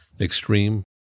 extreme